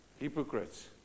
Hypocrites